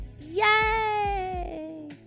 Yay